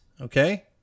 okay